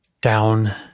down